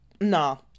No